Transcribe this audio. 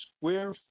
square